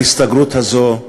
ההסתגרות הזאת,